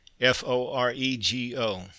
F-O-R-E-G-O